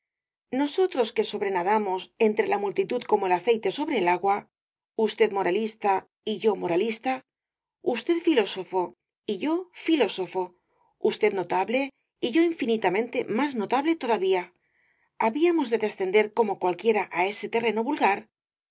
nosotros que sobren idamos entre la multitud como el aceite sobre el agua rosalía de castro usted moralista y yo moralista usted filósofo y yo filósofo usted notable y yo infinitamente más notable todavía habíamos de descender como cualquiera á ese terreno vulgar